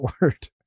word